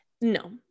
No